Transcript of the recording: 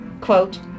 quote